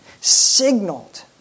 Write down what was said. signaled